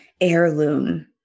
heirloom